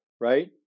right